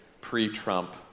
pre-Trump